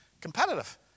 competitive